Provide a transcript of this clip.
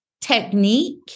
technique